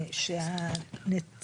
או ההסתדרות הציונית העולמית,